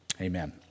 amen